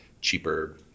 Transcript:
cheaper